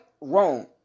wrong